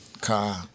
car